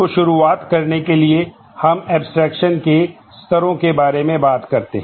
तो शुरुआत करने के लिए हम एब्स्ट्रेक्शन के स्तरों के बारे में बात करते हैं